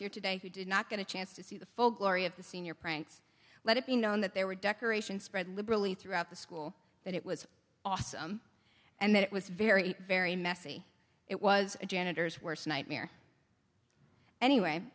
here today who did not going to chance to see the full glory of the senior pranks let it be known that there were decorations spread liberally throughout the school that it was awesome and it was very very messy it was a janitor's worst nightmare anyway